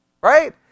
right